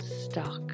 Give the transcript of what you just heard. stuck